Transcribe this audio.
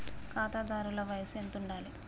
ఖాతాదారుల వయసు ఎంతుండాలి?